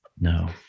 No